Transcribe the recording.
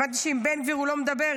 הבנתי שעם בן גביר הוא לא מדבר,